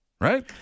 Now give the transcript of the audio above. Right